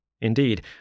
Indeed